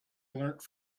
learnt